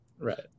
right